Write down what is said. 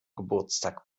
geburtstag